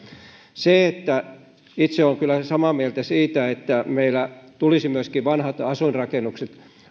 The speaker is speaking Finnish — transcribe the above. itse olen kyllä samaa mieltä siitä että meillä tulisi myöskin vanhat asuinrakennukset